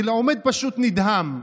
אני עומד פשוט נדהם.